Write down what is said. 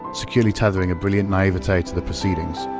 securely tethering a brilliant naivete to the proceedings.